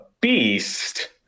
beast